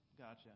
Gotcha